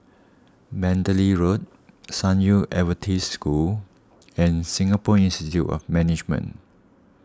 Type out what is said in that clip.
Mandalay Road San Yu Adventist School and Singapore Institute of Management